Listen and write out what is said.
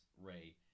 Ray